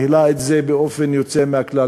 ניהלה את זה באופן יוצא מהכלל.